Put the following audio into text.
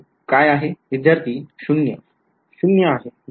विध्यार्थी शून्य ० शून्य बरोबर